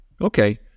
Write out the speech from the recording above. Okay